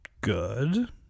good